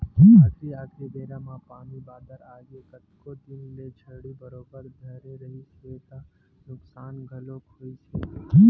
आखरी आखरी बेरा म पानी बादर आगे कतको दिन ले झड़ी बरोबर धरे रिहिस हे त नुकसान घलोक होइस हे